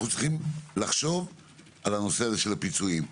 צריכים לחשוב על הנושא של הפיצויים.